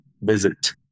visit